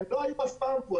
הם לא היו אף פעם פה,